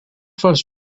first